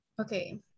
okay